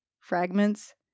fragments